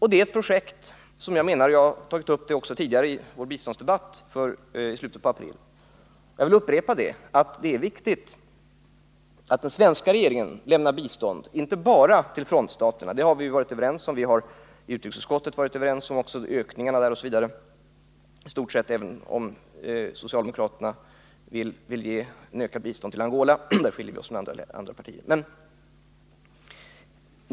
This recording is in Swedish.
Vi har i utrikesutskottet varit överens om att Sverige skall öka biståndet till frontstaterna— även om vi socialdemokrater har velat ge ett större bistånd till Angola än representanterna för de andra partierna.